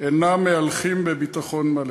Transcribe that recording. אינם מהלכים בביטחון מלא.